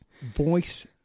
Voice